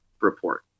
report